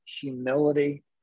humility